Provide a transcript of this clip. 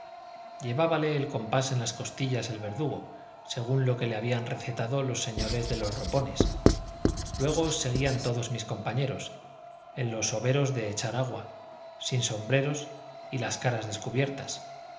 ladrona llevábale el compás en las costillas el verdugo según lo que le habían recetado los señores de los ropones luego seguían todos mis compañeros en los overos de echar agua sin sombreros y las caras descubiertas